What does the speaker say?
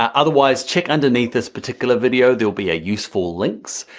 um otherwise, check underneath this particular video, there'll be a useful links,